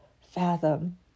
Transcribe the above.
fathom